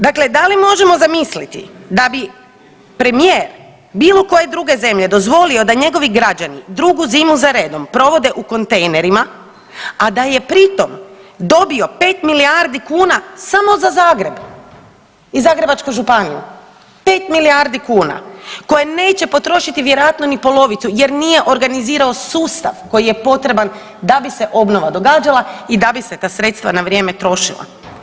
Dakle, da li možemo zamisliti da bi premijer bilo koje druge zemlje dozvolio da njegovi građani drugu zimu za redom provode u kontejnerima, a da je pritom dobio pet milijardi kuna samo za Zagreb i Zagrebačku županiju, 5 milijardi kuna koje neće potrošiti vjerojatno ni polovicu, jer nije organizirao sustav koji je potreban da bi se obnova događala i da bi se ta sredstva na vrijem trošila.